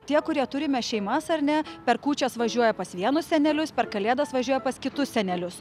tie kurie turime šeimas ar ne per kūčias važiuoja pas vienus senelius per kalėdas važiuoja pas kitus senelius